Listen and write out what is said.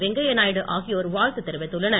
வெங்கைய நாயுடு ஆகியோர் வாழ்த்து தெரிவித்துள்ளனர்